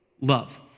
love